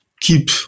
keep